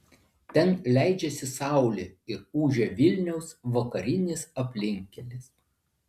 ten leidžiasi saulė ir ūžia vilniaus vakarinis aplinkkelis